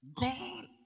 God